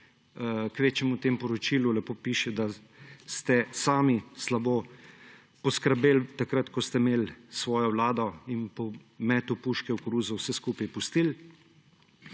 kvečjemu v temu poročilu lepo piše, da ste sami slabo poskrbeli takrat, ko ste imeli svojo vlado in po metu puške v koruzo vse skupaj pustili.